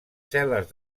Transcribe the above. cel·les